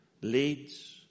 leads